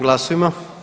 Glasujmo.